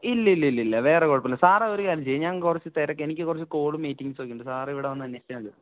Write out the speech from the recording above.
ഇല്ലില്ല ഇല്ല വേറെ കുഴപ്പമില്ല സാര് ഒരു കാര്യം ചെയ്യൂ ഞാൻ കുറച്ചു തിരക്ക് എനിക്ക് കുറച്ച് കോളും മീറ്റിംഗ്സുമൊക്കെയുണ്ട് സാർ ഇവിടെ വന്ന് അന്വേഷിച്ചാല് മതി